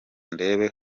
ndebe